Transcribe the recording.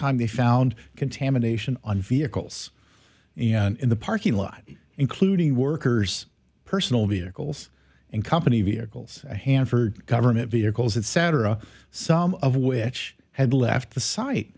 time they found contamination on vehicles in the parking lot including workers personal vehicles and company vehicles hanford government vehicles etc some of which had left the site